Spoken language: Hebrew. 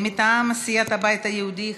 מטעם סיעת הבית היהודי,